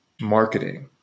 marketing